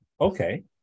okay